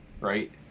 Right